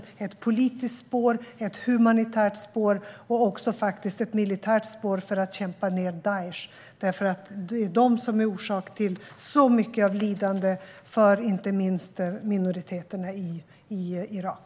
Det finns ett politiskt spår, ett humanitärt spår och faktiskt också ett militärt spår för att kämpa ned Daish, därför att de är orsak till så mycket lidande för inte minst minoriteterna i Irak.